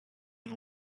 and